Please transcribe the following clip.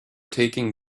taking